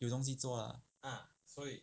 有东西做 lah